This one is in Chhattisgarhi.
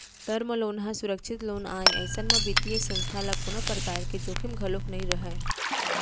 टर्म लोन ह सुरक्छित लोन आय अइसन म बित्तीय संस्था ल कोनो परकार के जोखिम घलोक नइ रहय